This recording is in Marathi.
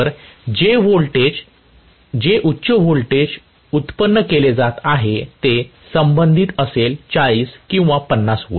तर जे उच्च व्होल्टेज उत्पन्न केले जात आहे ते संबंधित असेल 40 किंवा 50 V